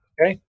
Okay